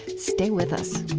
stay with us